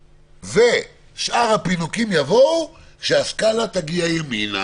שאר הפינוקים יבואו כשהסקאלה תגיע ימינה,